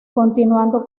continuando